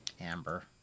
Amber